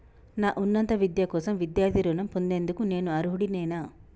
నా ఉన్నత విద్య కోసం విద్యార్థి రుణం పొందేందుకు నేను అర్హుడినేనా?